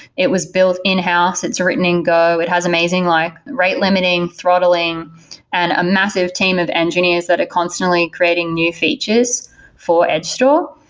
it was built in-house. it's written in go. it has amazing like rate limiting, throttling and a massive team of engineers that are constantly creating new features for edge store.